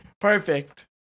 perfect